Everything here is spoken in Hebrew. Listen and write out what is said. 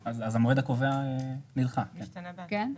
אז המועד הקובע נדחה, משתנה בהתאם.